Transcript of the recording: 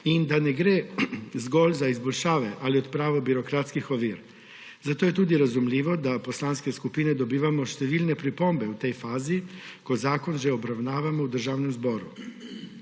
in da ne gre zgolj za izboljšave ali odpravo birokratskih ovir. Zato je tudi razumljivo, da poslanske skupine dobivamo številne pripombe v tej fazi, ko zakon že obravnavamo v Državnem zboru.